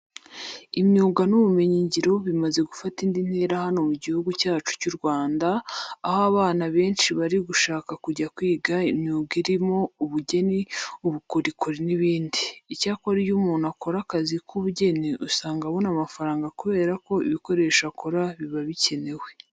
Imyuga n'ubumenyingiro bimaze gufata indi ntera hano mu Gihugu cyacu cy'u Rwanda, aho abana benshi bari gushaka kujya kwiga imyuga irimo ubugeni, ubukorikori n'ibindi. Icyakora iyo umuntu akora akazi k'ubugeni usanga abona amafaranga kubera ko ibikoresho akora biba bikenewe.